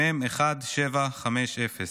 מ/1750,